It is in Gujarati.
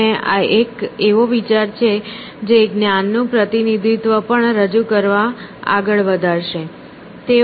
અને આ એક એવો વિચાર છે જે જ્ઞાન નું પ્રતિનિધિત્વ પણ રજૂ કરવા આગળ વધારશે